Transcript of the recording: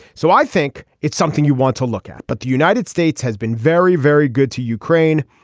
so i think it's something you want to look at. but the united states has been very very good to ukraine.